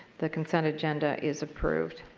the consent agenda is approved.